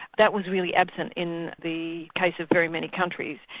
that was really absent in the case of very many countries,